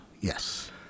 yes